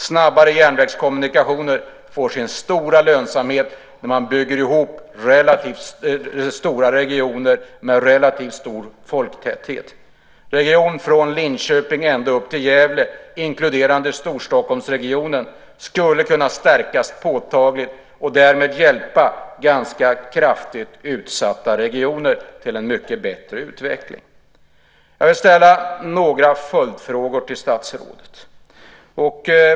Snabbare järnvägskommunikationer får sin stora lönsamhet när man bygger ihop relativt stora regioner med relativt stor folktäthet. Regionen från Linköping ända upp till Gävle inkluderande Storstockholmsregionen skulle kunna stärkas påtagligt och därmed hjälpa ganska kraftigt utsatta regioner till en mycket bättre utveckling. Jag vill ställa några följdfrågor till statsrådet.